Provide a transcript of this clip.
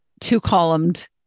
two-columned